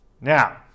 Now